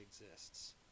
exists